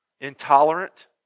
intolerant